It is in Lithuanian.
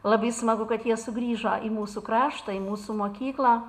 labai smagu kad jie sugrįžo į mūsų kraštą į mūsų mokyklą